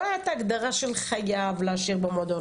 לא הייתה את ההגדרה של חייב להשאיר במועדון,